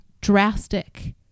drastic